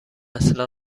اصلا